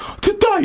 Today